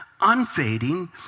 unfading